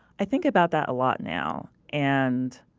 i think about that a lot now, and